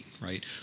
right